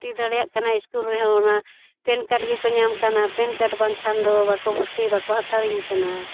ᱦᱳᱭ ᱵᱟᱹᱧ ᱵᱷᱚᱨᱛᱤ ᱫᱟᱲᱮᱭᱟᱜ ᱠᱟᱱᱟ ᱥᱠᱩᱞ ᱨᱮᱦᱚᱸ ᱚᱱᱟ ᱯᱮᱱ ᱠᱟᱨᱰ ᱜᱮᱠᱚ ᱧᱟᱢ ᱠᱟᱱᱟ ᱯᱮᱱ ᱠᱟᱨᱰ ᱵᱟᱝᱠᱷᱟᱱ ᱫᱚ ᱵᱟᱠᱚ ᱵᱷᱚᱨᱛᱤ ᱵᱟᱠᱚ ᱦᱟᱛᱟᱣᱤᱧ ᱠᱟᱱᱟ